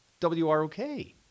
WROK